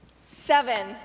Seven